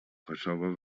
kosovo